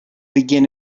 begin